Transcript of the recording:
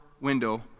window